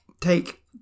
take